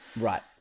Right